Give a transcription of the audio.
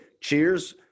cheers